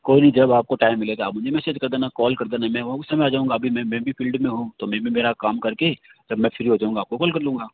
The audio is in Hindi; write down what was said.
कोई नहीं जब आपको टाइम मिलेगा आप मुझे मैसेज कर देना कॉल कर देना मैं उस समय आ जाऊँगा अभी मैं मैं भी फील्ड में हूँ तो मैं भी मेरा काम कर के जब मैं फ्री हो जाऊँगा आपको कॉल कर लूँगा